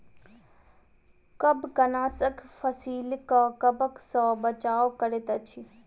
कवकनाशक फसील के कवक सॅ बचाव करैत अछि